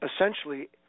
essentially